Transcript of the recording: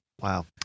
Wow